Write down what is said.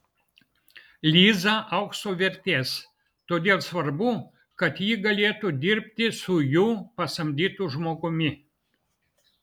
liza aukso vertės todėl svarbu kad ji galėtų dirbti su jų pasamdytu žmogumi